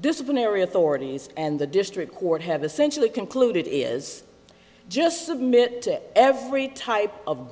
disciplinary authorities and the district court have essentially concluded is just submit every type of